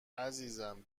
عزیزم